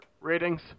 ratings